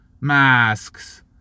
masks